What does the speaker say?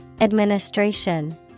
Administration